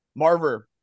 Marver